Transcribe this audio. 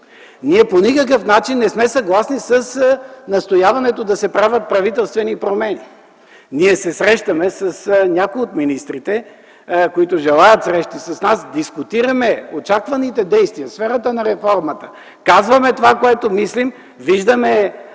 Ние по никакъв начин не сме съгласни с настояването да се правят правителствени промени. Ние се срещаме с някои от министрите, които желаят срещи с нас, дискутираме очакваните действия в сферата на реформата, казваме това, което мислим, виждаме